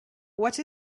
what